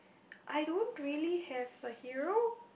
I don't really have a hero